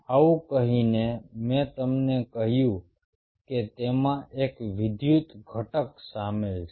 આવું કહીને મેં તમને કહ્યું કે તેમાં એક વિદ્યુત ઘટક સામેલ છે